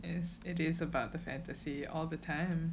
yes it is about the fantasy all the time